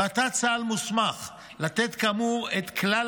ועתה צה"ל מוסמך לתת כאמור את כלל